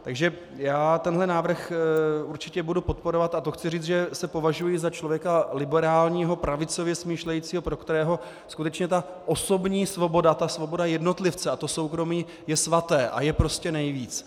Takže já tenhle návrh určitě budu podporovat, a to chci říct, že se považuji za člověka liberálního, pravicově smýšlejícího, pro kterého skutečně ta osobní svoboda, svoboda jednotlivce a soukromí je svaté a je prostě nejvíc.